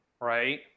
right